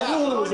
ברור.